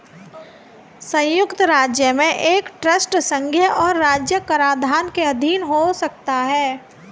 संयुक्त राज्य में एक ट्रस्ट संघीय और राज्य कराधान के अधीन हो सकता है